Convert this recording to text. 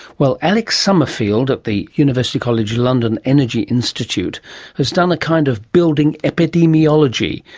well, alex summerfield at the university college london energy institute has done a kind of building epidemiology,